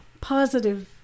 positive